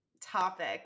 topic